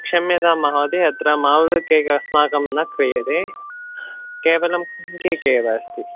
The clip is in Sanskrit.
क्षम्यतां महोदय अत्र मावृक् केक् अस्माकं न क्रियते केवलं प्लं केक् एव अस्ति